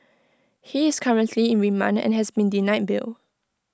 he is currently in remand and has been denied bail